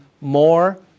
more